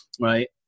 Right